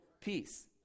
peace